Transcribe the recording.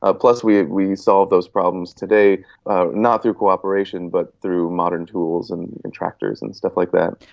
ah plus we ah we solve those problems today not through cooperation but through modern tools and and tractors and stuff like that.